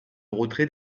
retrait